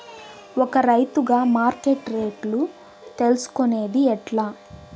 ఒక రైతుగా మార్కెట్ రేట్లు తెలుసుకొనేది ఎట్లా?